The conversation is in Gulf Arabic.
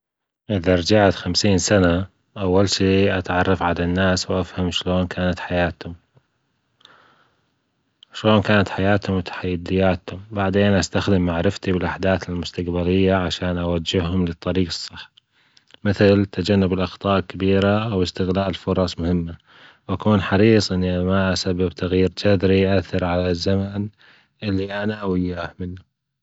إذا رجعت خمسين سنة أول شي أتعرف على الناس واشلون كانت حياتهم وتحدياتهم بعدين أستخدم معرفتي بالأحداث المستقبلية عشان أجههم للطريج الصح مثل تجنب الاخطاء كبيرة أو أستغلال فرص مهمه وأكون حريص إني ما أسبب تغيير جذري يؤثر على الزمان اللي انا وياه منه.